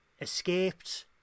escaped